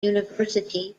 university